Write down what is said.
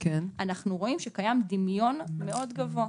אנחנו רואים שקיים דמיון מאוד גבוה,